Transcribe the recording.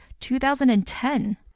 2010